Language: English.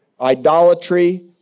Idolatry